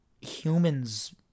humans